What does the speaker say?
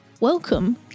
Welcome